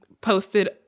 posted